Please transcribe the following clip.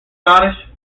scottish